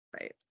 right